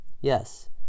Yes